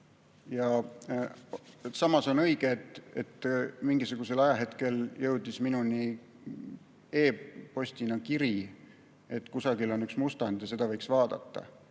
Samas on õige, et mingisugusel ajahetkel jõudis minuni e‑postiga kiri, [kus öeldi,] et kusagil on üks mustand ja seda võiks vaadata.